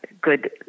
good